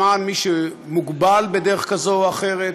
למען מי שמוגבל בדרך כזאת או אחרת.